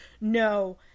No